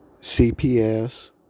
CPS